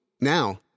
Now